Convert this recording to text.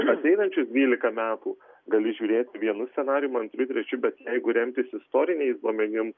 ateinančius dvylika metų gali žiūrėti vienu scenarijum antru trečiu bet jeigu remtis istoriniais duomenim